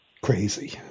crazy